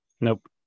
Nope